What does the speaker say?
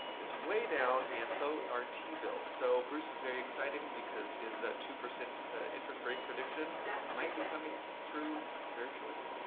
it's way down, and so are t-bills. so bruce is very excited and because his two percent interest rate prediction might be coming true very shortly.